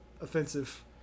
offensive